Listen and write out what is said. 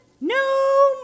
no